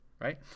Right